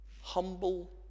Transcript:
Humble